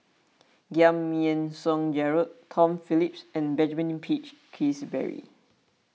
Giam Yean Song Gerald Tom Phillips and Benjamin Peach Keasberry